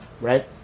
Right